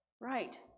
right